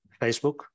Facebook